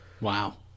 Wow